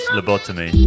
Lobotomy